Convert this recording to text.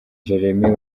jeremie